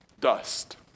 dust